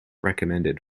recommended